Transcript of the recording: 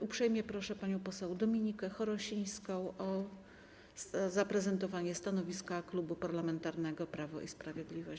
Uprzejmie proszę panią poseł Dominikę Chorosińską o zaprezentowanie stanowiska Klubu Parlamentarnego Prawo i Sprawiedliwość.